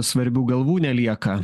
svarbių galvų nelieka